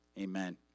Amen